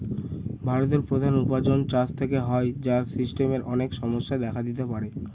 ভারতের প্রধান উপার্জন চাষ থেকে হয়, যার সিস্টেমের অনেক সমস্যা দেখা দিতে পারে